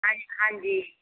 ਹਾਂ ਹਾਂਜੀ